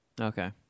Okay